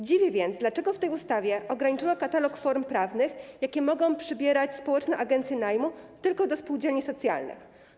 Dziwi więc, dlaczego w tej ustawie ograniczono katalog form prawnych, jakie mogą przybierać społeczne agencje najmu, tylko do spółdzielni socjalnych.